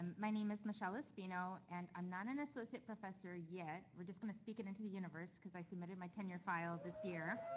my name is michele espino. and i'm not an associate professor yet. we're just gonna speak it into the universe cause i submitted my tenure file this year.